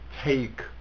take